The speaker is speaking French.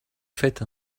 faites